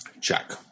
Check